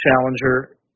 Challenger